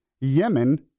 Yemen